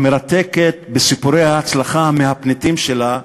המרתקת בסיפורי ההצלחה המהפנטים שלה,